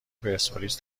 پرسپولیس